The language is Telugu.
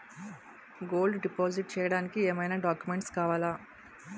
గోల్డ్ డిపాజిట్ చేయడానికి ఏమైనా డాక్యుమెంట్స్ కావాలా?